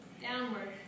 downward